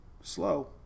slow